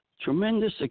tremendous